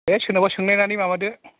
दे सोरनावबा सोंनायनानै माबादो